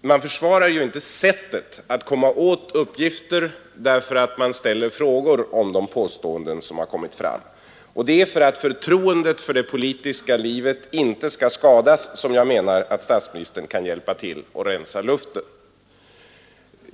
man försvarar ju inte sättet att komma åt uppgifter därför att man ställer frågor om de påståenden som har kommit fram. Det är för att förtroendet för det politiska livet inte skall skadas som jag menar att statsministern kan hjälpa till att rensa luften.